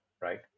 right